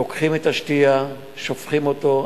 לוקחים את השתייה, שופכים אותה.